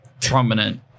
prominent